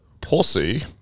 pussy